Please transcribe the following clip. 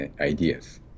ideas